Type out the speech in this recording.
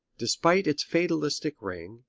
despite its fatalistic ring,